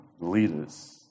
leaders